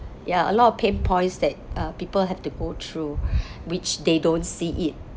ya a lot of pain points that uh people have to go through which they don't see it